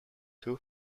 two